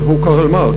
והוא קרל מרקס.